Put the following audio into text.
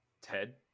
Ted